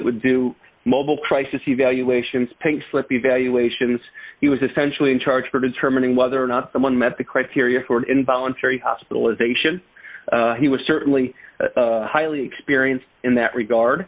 would do mobile crisis evaluations pink slip evaluations he was essentially in charge for determining whether or not someone met the criteria for involuntary hospitalization he was certainly highly experienced in that